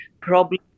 problem